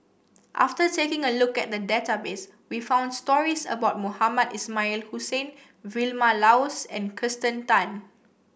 after taking a look at the database we found stories about Mohamed Ismail Hussain Vilma Laus and Kirsten Tan